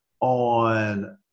on